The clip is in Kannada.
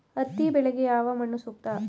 ಹತ್ತಿ ಬೆಳೆಗೆ ಯಾವ ಮಣ್ಣು ಸೂಕ್ತ?